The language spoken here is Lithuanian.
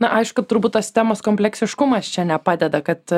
na aišku turbūt tas temos kompleksiškumas čia nepadeda kad